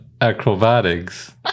acrobatics